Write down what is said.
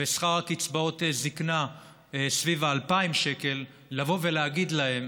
ושכר קצבאות הזקנה סביב 2,000 שקלים לבוא ולהגיד להם: